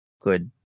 good